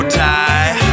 tie